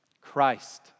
Christ